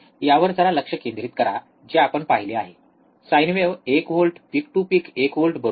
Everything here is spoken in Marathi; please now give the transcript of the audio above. यावर जरा लक्ष केंद्रित करा जे आपण पाहिले आहे साइन वेव्ह एक व्होल्ट पीक टू पीक एक व्होल्ट बरोबर